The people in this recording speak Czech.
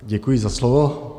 Děkuji za slovo.